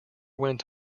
went